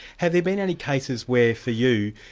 have there been any cases where for you,